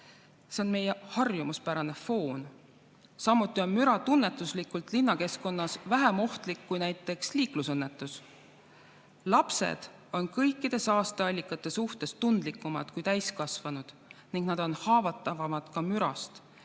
See on meie harjumuspärane foon. Samuti on müra tunnetuslikult linnakeskkonnas vähem ohtlik kui näiteks liiklusõnnetus. Lapsed on kõikide saasteallikate suhtes tundlikumad kui täiskasvanud ning nad on haavatavamad ka mürast,